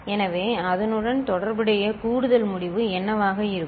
எனவே அதனுடன் தொடர்புடைய கூடுதல் முடிவு என்னவாக இருக்கும்